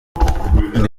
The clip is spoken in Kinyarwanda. ngo